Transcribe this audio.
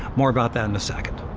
more about that in a second.